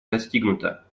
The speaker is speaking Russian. достигнуто